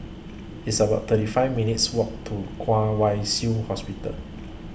It's about thirty five minutes' Walk to Kwong Wai Shiu Hospital